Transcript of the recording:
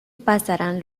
pasarán